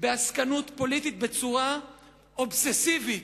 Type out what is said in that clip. בעסקנות פוליטית בצורה אובססיבית.